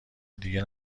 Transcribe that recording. دیگه